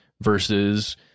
versus